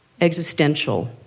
existential